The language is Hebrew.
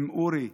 אום אורי,